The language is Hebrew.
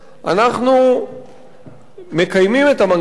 אנחנו מקיימים את המנגנון הזה,